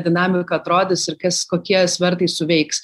dinamika atrodys ir kas kokie svertai suveiks